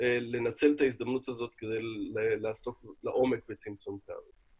לנצל את ההזדמנות כדי לעסוק לעומק בצמצום פערים.